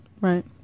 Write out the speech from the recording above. Right